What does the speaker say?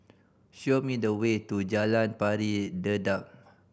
show me the way to Jalan Pari Dedap